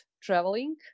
traveling